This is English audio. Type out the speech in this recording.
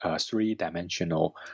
three-dimensional